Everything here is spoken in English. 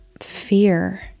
fear